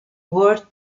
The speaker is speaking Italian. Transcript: world